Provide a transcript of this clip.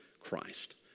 Christ